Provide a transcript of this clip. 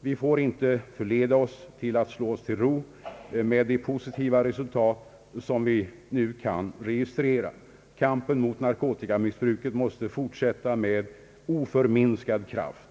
Vi får inte förledas att slå oss till ro med de positiva resultat som vi nu kan registrera. Kampen mot narkotikamissbruket måste fortsätta med oförminskad kraft.